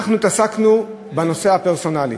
אנחנו התעסקנו בנושא הפרסונלי,